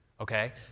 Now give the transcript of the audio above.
Okay